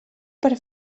per